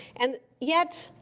and yet,